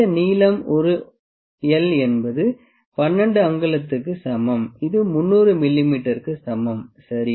இந்த நீளம் l என்பது 12 அங்குலங்களுக்கு சமம் இது 300 மிமீ க்கு சமம் சரி